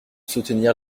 soutenir